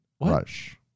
rush